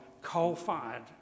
coal-fired